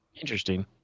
Interesting